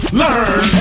learn